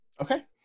Okay